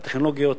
הטכנולוגיות,